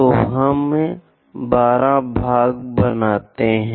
तो हम 12 भाग बनाते हैं